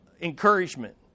encouragement